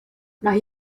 mae